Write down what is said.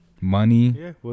money